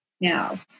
Now